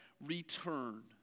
return